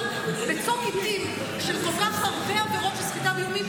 אבל בצוק העיתים של כל כך הרבה עבירות של סחיטה באיומים,